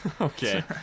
Okay